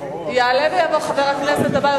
יעלה ויבוא חבר הכנסת הבא,